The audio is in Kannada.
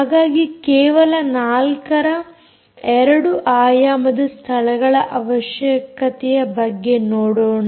ಹಾಗಾಗಿ ಕೇವಲ 4ರ 2 ಆಯಾಮದ ಸ್ಥಳದ ಅವಶ್ಯಕತೆಯ ಬಗ್ಗೆ ನೋಡೋಣ